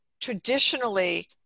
traditionally